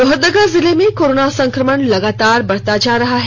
लोहरदगा जिले में कोरोना संक्रमण लगातार बढता जा रहा है